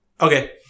Okay